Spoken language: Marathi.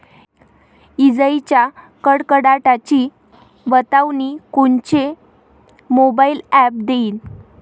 इजाइच्या कडकडाटाची बतावनी कोनचे मोबाईल ॲप देईन?